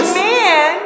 man